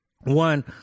one